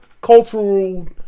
cultural